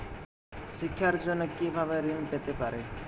শিক্ষার জন্য কি ভাবে ঋণ পেতে পারি?